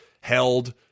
held